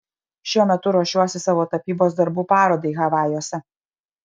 šiuo metu ruošiuosi savo tapybos darbų parodai havajuose